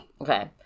Okay